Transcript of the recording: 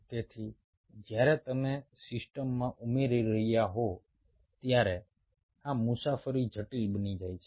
તેથી જ્યારે તમે સિસ્ટમમાં ઉમેરી રહ્યા હો ત્યારે આ મુસાફરી જટિલ બની જાય છે